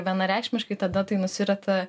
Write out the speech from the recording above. vienareikšmiškai tada tai nusirita